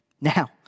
Now